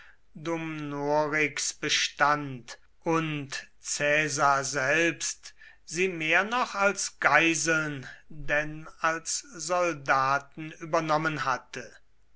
dumnorix bestand und caesar selbst sie mehr noch als geiseln denn als soldaten übernommen hatte